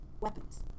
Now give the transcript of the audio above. weapons